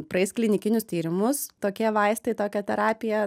praeis klinikinius tyrimus tokie vaistai tokia terapija